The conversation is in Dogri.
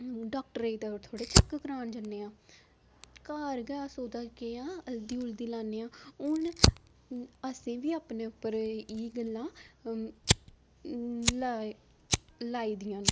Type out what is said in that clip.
डाक्टरै ई थोह्ड़े चैक करान जन्ने आं घर गै अस ओह्दा केह् ऐ हल्दी हुल्दी लान्ने आं हून असेंई बी अपने उप्पर एह् एह् गल्लां लाई लाई दियां न